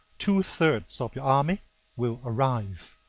two-thirds of your army will arrive.